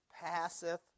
passeth